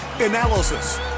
analysis